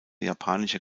japanischer